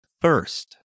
first